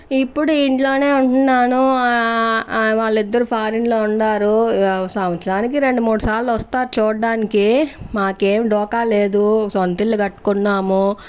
ఇప్పుడు ఇంట్లోనే ఉంటునాను వాళ్లిద్దరూ ఫారెన్లో ఉన్నారు సంవత్సరానికి రెండు మూడు సార్లు వస్తారు చూడ్డానికి మాకేం డోకా లేదు సొంతిల్లు కట్టుకున్నాము